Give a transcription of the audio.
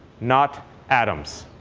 not atoms.